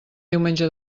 diumenge